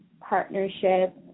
partnership